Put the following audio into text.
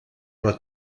però